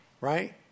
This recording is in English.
right